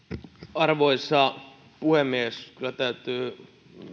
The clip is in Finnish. arvoisa puhemies kyllä täytyy